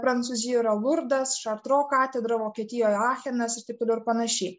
prancūzijoje yra lurdas šartro katedra vokietijoje achenas ir taip toliau ir panašiai